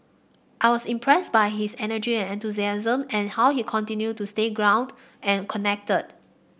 I was impressed by his energy and enthusiasm and how he continued to stay grounded and connected